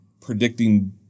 predicting